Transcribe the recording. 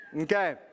okay